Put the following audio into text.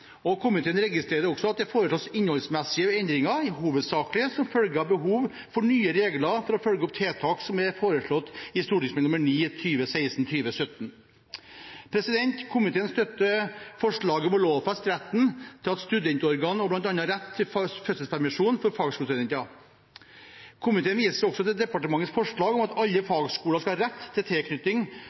Komiteen registrerer også at det foreslås innholdsmessige endringer, hovedsakelig som følge av behov for nye regler for å følge opp tiltak som er foreslått i Meld. St. 9 for 2016–2017. Komiteen støtter forslaget om å lovfeste bl.a. retten til et studentorgan og til fødselspermisjon for fagskolestudenter. Komiteen viser også til departementets forslag om at alle fagskoler skal ha rett til